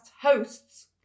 host's